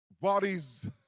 bodies